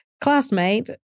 classmate